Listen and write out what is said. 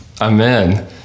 Amen